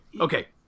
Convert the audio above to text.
Okay